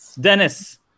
Dennis